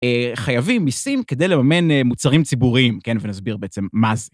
חייבים, מיסים כדי לממן מוצרים ציבוריים, כן, ונסביר בעצם מה זה.